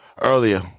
earlier